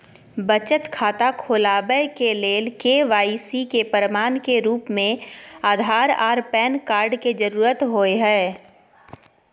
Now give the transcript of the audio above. बचत खाता खोलाबय के लेल के.वाइ.सी के प्रमाण के रूप में आधार आर पैन कार्ड के जरुरत होय हय